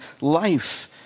life